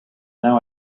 now